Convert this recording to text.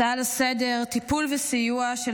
הצעה לסדר-היום בנושא טיפול וסיוע של